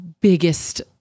biggest